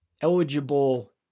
eligible